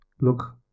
look